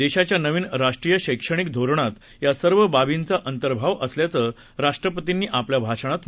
देशाच्या नवीन राष्ट्रीय शैक्षणिक धोरणात या सर्व बाबींचा अंतर्भाव असल्याचं राष्ट्रपतींनी आपल्या भाषणात सांगितलं